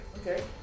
okay